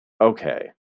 okay